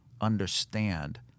understand